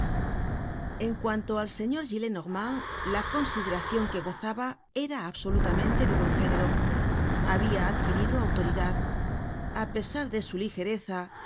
en cuanto al señor gillenormand la consideracion que gozaba era absolutamente de buen género habia adquirido autoridad a pesar de su ligereza